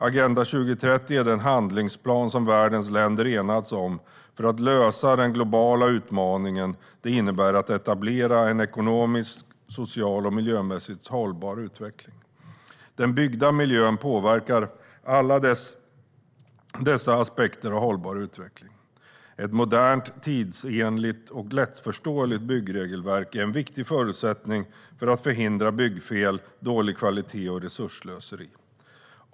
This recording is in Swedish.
Agenda 2030 är den handlingsplan som världens länder enats om för att lösa den globala utmaning det innebär att etablera en ekonomisk, socialt och miljömässigt hållbar utveckling. Den byggda miljön påverkar alla dessa aspekter av hållbar utveckling. Ett modernt, tidsenligt och lättförståeligt byggregelverk är en viktig förutsättning för att förhindra byggfel, dålig kvalitet och resursslöseri.